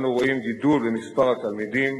כמו כן, במסלול לתלמידים